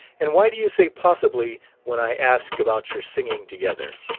and why do you say possibly when i ask about your singing together?